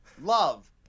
love